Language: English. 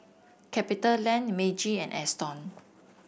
Capitaland Meiji and Astons